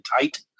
tight